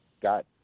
got